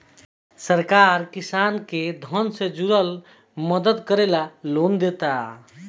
सरकार किसान के धन से जुरल मदद करे ला लोन देता